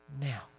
now